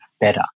better